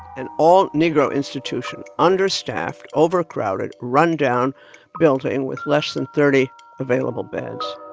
an all-negro institution, understaffed, overcrowded, rundown building with less than thirty available beds